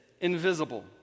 invisible